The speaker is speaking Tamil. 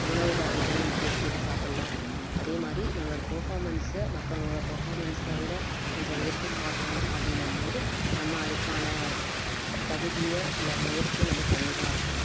உணவு வகைகளை நம்ம தேடி தேடி சாப்புடலாம் அதேமாதிரி நம்மளோட பர்ஃபாமன்ஸ்ஸை மற்றவங்க பர்ஃபாமன்ஸ்ஸை விட கொஞ்சம் உயர்த்தி காட்டணும் அப்டின்னபோது நம்ம அதுக்கான தகுதியை இல்லை முயற்சி நம்ம பண்ணிதான் ஆகணும்